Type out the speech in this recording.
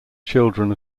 children